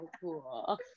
cool